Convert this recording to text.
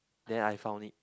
then I found it